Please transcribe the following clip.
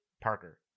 Parker